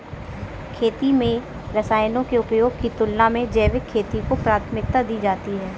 खेती में रसायनों के उपयोग की तुलना में जैविक खेती को प्राथमिकता दी जाती है